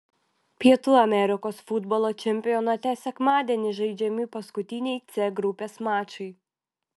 pietų amerikos futbolo čempionate sekmadienį žaidžiami paskutiniai c grupės mačai